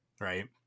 Right